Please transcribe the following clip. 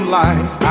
life